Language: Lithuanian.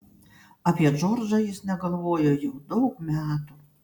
apie džordžą jis negalvojo jau daug metų